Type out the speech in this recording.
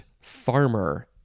farmer